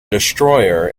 destroyer